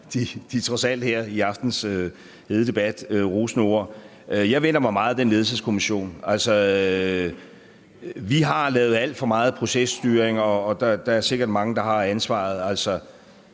de trods alt her i aftenens hede debat rosende ord. Ja, jeg venter mig meget af den ledelseskommission. Vi har lavet alt for meget processtyring, og der er sikkert mange, der har ansvaret.